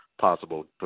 possible